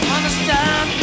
Understand